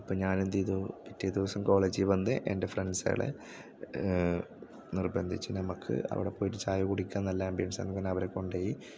അപ്പം ഞാനെന്ത് ചെയ്തു പിറ്റേ ദിവസം കോളേജിൽ വന്ന് എൻ്റെ ഫ്രണ്ട്സ്കളെ നിർബന്ധിച്ചു നമ്മൾക്ക് അവിടെ പോയിട്ട് ചായ കുടിക്കാൻ നല്ല ആമ്പിയൻസാണെന്ന് പറഞ്ഞ് അവിടെ കൊണ്ടു പോയി